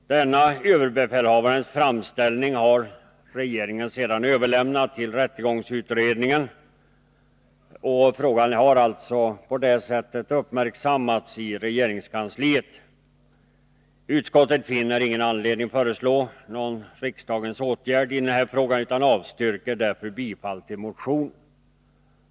Denna överbefälhavarens framställning har regeringen sedan överlämnat till rättegångsutredningen, och frågan har alltså på det sättet uppmärksammats i regeringskansliet. Utskottet finner ingen anledning att föreslå någon riksdagens åtgärd i den frågan och avstyrker därför bifall till motionen.